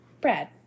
Brad